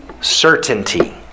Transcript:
certainty